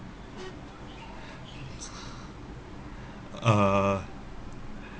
uh